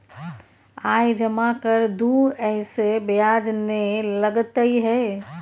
आय जमा कर दू ऐसे ब्याज ने लगतै है?